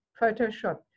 photoshop